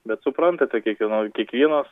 bet suprantate kiekvienoj kiekvienas